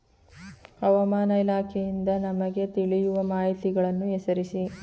ಹವಾಮಾನ ಇಲಾಖೆಯಿಂದ ನಮಗೆ ತಿಳಿಯುವ ಮಾಹಿತಿಗಳನ್ನು ಹೆಸರಿಸಿ?